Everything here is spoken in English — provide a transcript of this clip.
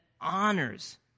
honors